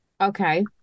Okay